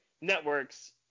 networks